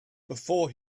before